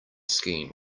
skiing